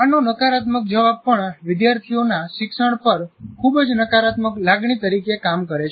આનો નકારાત્મક જવાબ પણ વિદ્યાર્થીઓના શિક્ષણ પર ખૂબ જ નકારાત્મક લાગણી તરીકે કામ કરે છે